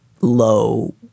low